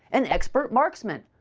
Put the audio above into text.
an expert marksman,